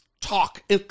talk